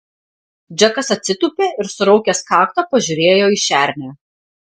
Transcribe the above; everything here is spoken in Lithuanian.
džekas atsitūpė ir suraukęs kaktą pažiūrėjo į šernę